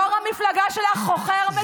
יו"ר המפלגה שלך חוכר מטוסים,